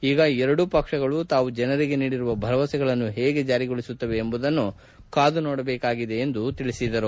ಈಗ ಎರಡೂ ಪಕ್ಷಗಳು ತಾವು ಜನರಿಗೆ ನೀಡಿರುವ ಭರವಸೆಗಳನ್ನು ಹೇಗೆ ಜಾರಿಗೊಳಿಸುತ್ತವೆ ಎಂಬುದನ್ನು ಕಾದು ನೋಡಬೇಕಿದೆ ಎಂದು ಅವರು ಹೇಳಿದರು